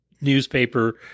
newspaper